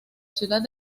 ciudad